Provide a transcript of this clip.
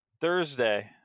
Thursday